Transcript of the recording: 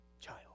child